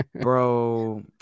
Bro